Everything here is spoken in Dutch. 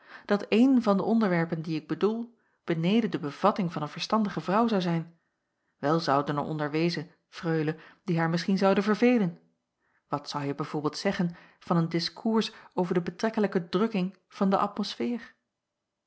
dat een van de onderwerpen die ik bedoel beneden de bevatting van een verstandige vrouw zou zijn wel zouden er onder wezen freule die haar misschien zouden verveelen wat zouje bij voorbeeld zeggen van een diskoers over de betrekkelijke drukking van de atmosfeer